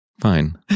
Fine